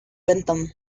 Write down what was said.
bentham